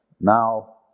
Now